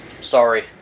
sorry